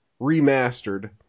Remastered